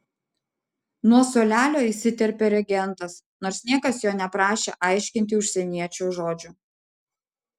nuo suolelio įsiterpė regentas nors niekas jo neprašė aiškinti užsieniečio žodžių